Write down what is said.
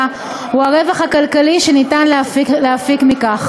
הוא הרווח הכלכלי שניתן להפיק מכך.